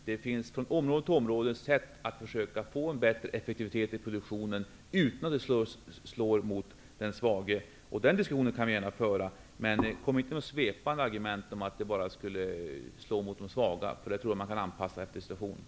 På område efter område finns det recept vad gäller detta med en bättre effektivitet i produktionen utan att det slår mot den svage. Den diskussionen kan vi gärna föra. Men kom inte med några svepande argument om att det hela bara slår mot de svaga. Jag tror att det går att anpassa efter rådande situation.